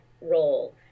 role